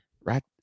right –